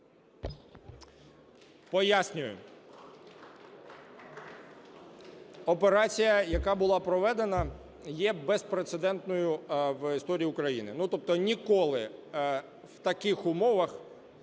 Пояснюю. Операція, яка була проведена, є безпрецедентною в історії України. Ну, тобто ніколи в таких умовах